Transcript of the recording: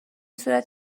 صورت